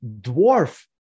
dwarf